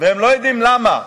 והם לא יודעים למה.